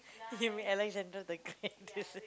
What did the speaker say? do you mean Alexander the Great